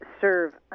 serve